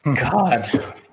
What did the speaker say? God